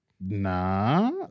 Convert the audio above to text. Nah